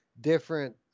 different